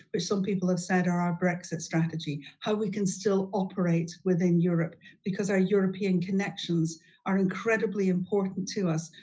which some people have said are our brexit strategy, how we can still operate within europe because our european connections are incredibly important to us,